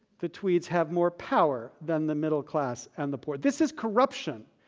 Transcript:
the tweeds have more power than the middle class and the poor. this is corruption.